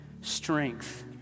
strength